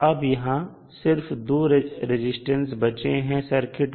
अब यहां सिर्फ दो रेजिस्टेंस बचे सर्किट में